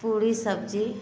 पूरी सब्ज़ी